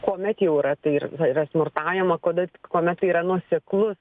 kuomet jau yra tai ir yra smurtaujama kada kuomet tai yra nuoseklus